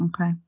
Okay